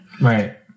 Right